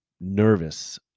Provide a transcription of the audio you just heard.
nervous